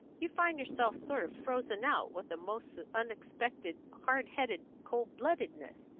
you find yourself sort of frozen out with a most unexpected, hard-headed cold-bloodedness.